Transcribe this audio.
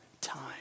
time